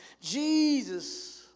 jesus